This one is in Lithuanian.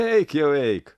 eik jau eik